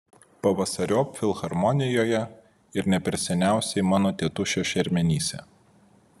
pavasariop filharmonijoje ir ne per seniausiai mano tėtušio šermenyse